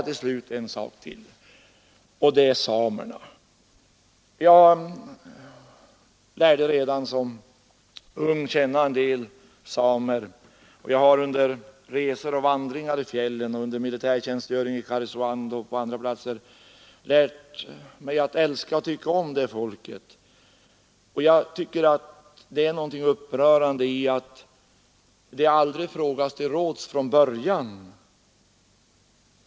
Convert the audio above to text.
Till slut några ord om samerna. Jag lärde redan som ung känna en del samer, och jag har under resor och vandringar i fjällen och under militärtjänstgöring i Karesuando och andra platser lärt mig älska och tycka om det folket. Jag tycker det är upprörande att samerna aldrig frågats till råds från början.